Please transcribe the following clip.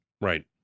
Right